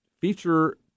Feature